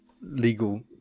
legal